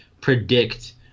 predict